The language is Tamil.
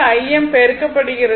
Im பெருக்கப்படுகிறது